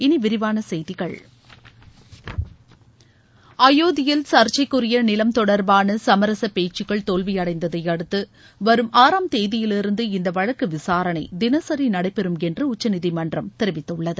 இனி விரிவான செய்திகள் அயோத்தியில் சர்ச்சைக்குரிய நிலம் தொடர்பான சமரசுப் பேச்சுக்கள் தோல்வியடைந்ததை அடுத்து வரும் ஆறாம் தேதியிலிருந்து இந்த வழக்கு விசாரணை தினசரி நடைபெறும் என்று உச்சநீதிமன்றம் தெரிவித்துள்ளது